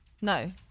no